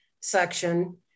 section